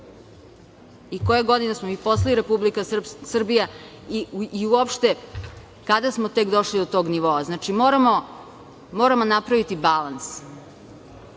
Koje godine smo mi postali Republika Srbija i uopšte kada smo tek došli do tog nivoa? Znači, moramo napraviti balans.U